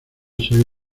serie